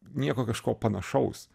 nieko kažko panašaus